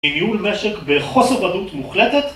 כי ניהול משק בחוסר ודאות מוחלטת